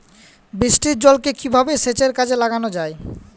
বৃষ্টির জলকে কিভাবে সেচের কাজে লাগানো যায়?